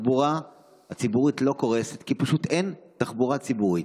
התחבורה הציבורית לא קורסת פשוט כי אין תחבורה ציבורית.